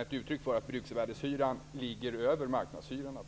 är uttryck för att bruksvärdeshyran lig ger över marknadshyrorna.